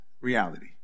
reality